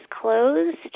closed